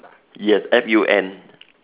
yes F U N